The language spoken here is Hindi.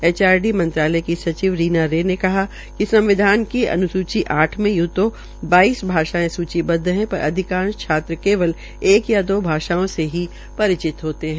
एचआरडी मंत्रालय की सचिव रीना रे ने कहा कि संविधान की अन्सार आठ मे यूतो बाइस भाषाओं सूचीबदव है पर अधिकांश छात्र केवल एक या दो भाषाओं से ही परिचित है